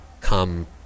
come